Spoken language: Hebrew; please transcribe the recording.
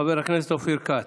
חבר הכנסת אופיר כץ,